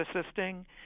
assisting